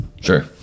sure